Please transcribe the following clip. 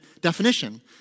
definition